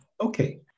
Okay